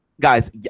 guys